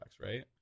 right